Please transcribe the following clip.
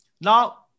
now